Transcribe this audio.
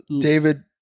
David